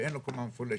ואין לו קומה מפולשת.